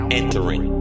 entering